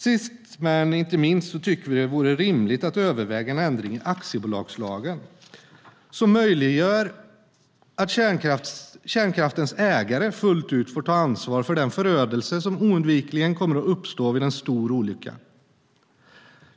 Sist men inte minst tycker vi att det vore rimligt att överväga en ändring i aktiebolagslagen som möjliggör att kärnkraftens ägare fullt ut får ta ansvar för den förödelse som oundvikligen kommer att uppstå vid en stor olycka.